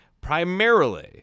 primarily